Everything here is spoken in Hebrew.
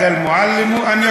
ומתרגמם:)